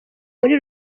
muri